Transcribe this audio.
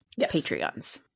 Patreons